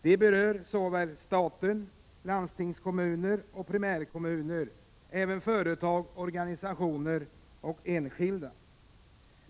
De berör såväl staten, landstingskommunerna och primärkommunerna som företag, organisationer och enskilda.